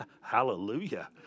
hallelujah